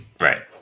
right